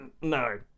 no